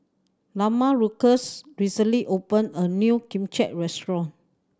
Lamarcus recently opened a new Kimbap Restaurant